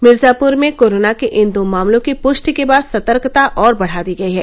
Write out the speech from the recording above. मिर्जापुर में कोरोना के इन दो मामलों की पुष्टि के बाद सतर्कता और बढ़ा दी गयी है